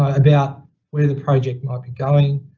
ah about where the project might be going.